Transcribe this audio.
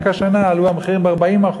רק השנה עלו המחירים ב-40%.